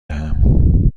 دهم